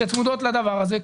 שצמודות לדבר הזה,